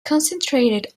concentrated